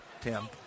Tim